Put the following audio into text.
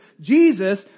Jesus